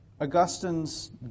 Augustine's